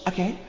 Okay